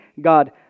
God